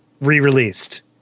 re-released